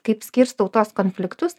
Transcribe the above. kaip skirstau tuos konfliktus